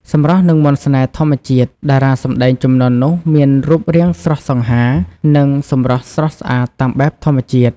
សម្រស់និងមន្តស្នេហ៍ធម្មជាតិ តារាសម្តែងជំនាន់នោះមានរូបរាងស្រស់សង្ហា និងសម្រស់ស្រស់ស្អាតតាមបែបធម្មជាតិ។